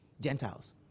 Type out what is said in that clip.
Gentiles